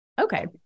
Okay